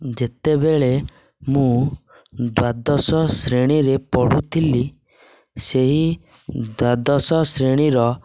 ଯେତେବେଳେ ମୁଁ ଦ୍ଵାଦଶ ଶ୍ରେଣୀରେ ପଢ଼ୁଥିଲି ସେହି ଦ୍ଵାଦଶ ଶ୍ରେଣୀର